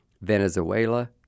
Venezuela